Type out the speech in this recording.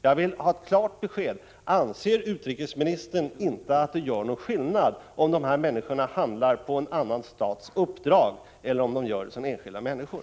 Jag vill ha ett klart besked: Anser utrikesministern inte att det gör någon skillnad om de här personerna handlar på en annan stats uppdrag eller som enskilda människor?